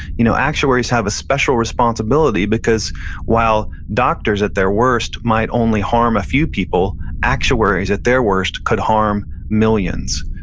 you know actuaries have a special responsibility because while doctors at their worst might only harm a few people, actuaries at their worst could harm millions.